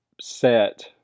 set